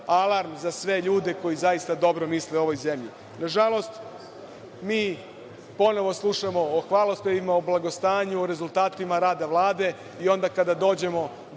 alarm za sve ljude koji zaista dobro misle ovoj zemlji. Nažalost, mi ponovo slušamo o hvalospevima, o blagostanju, o rezultatima rada Vlade, i onda kada dođemo